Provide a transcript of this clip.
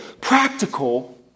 practical